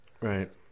Right